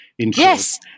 Yes